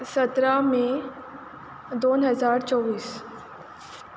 सतरा मे दोन हजार चोवीस